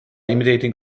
imitating